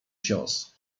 cios